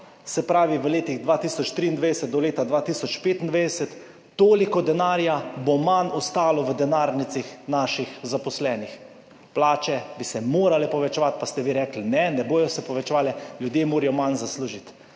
se pravi v letih od 2023 do 2025, toliko denarja manj bo ostalo v denarnicah naših zaposlenih. Plače bi se morale povečevati, pa ste vi rekli ne, ne bodo se povečevale, ljudje morajo zaslužiti